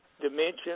dimension